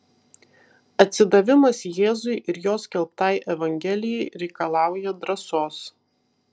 atsidavimas jėzui ir jo skelbtai evangelijai reikalauja drąsos